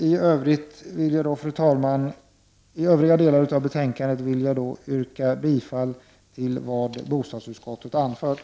I övrigt yrkar jag bifall till hemställan i bostadsutskottets betänkande.